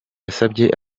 yasabye